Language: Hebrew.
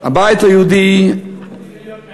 הבית היהודי, מתחיל להיות מעניין.